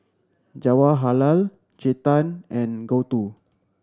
Jawaharlal Chetan and Gouthu